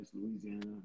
Louisiana